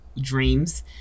dreams